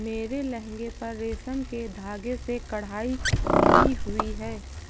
मेरे लहंगे पर रेशम के धागे से कढ़ाई की हुई है